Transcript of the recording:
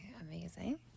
Amazing